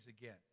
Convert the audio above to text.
again